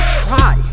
try